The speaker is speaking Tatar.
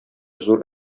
зур